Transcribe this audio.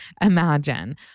imagine